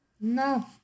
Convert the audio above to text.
no